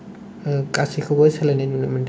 गासिखौबो सोलायनाय नुनो मोनदों